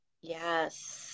yes